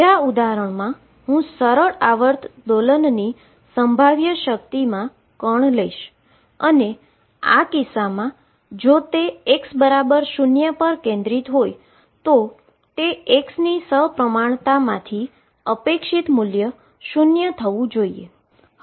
બીજા ઉદાહરણમાં હું સરળ સિમ્પલ હાર્મોનિક પોટેંશીઅલમાં કણ લઈશ અને આ કિસ્સામાં જો તે x0 પર કેન્દ્રિત હોય તો x ની સપ્રમાણતામાંથી એક્સ્પેક્ટેશન વેલ્યુ 0 થવુ જોઈએ